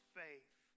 faith